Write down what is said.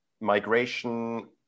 Migration